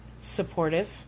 supportive